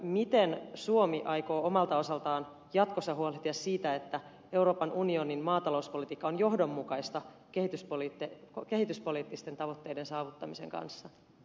miten suomi aikoo omalta osaltaan jatkossa huolehtia siitä että euroopan unionin maatalouspolitiikka on johdonmukaista kehityspoliittisten tavoitteiden saavuttamisen kanssa